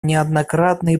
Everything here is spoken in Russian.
неоднократные